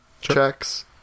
checks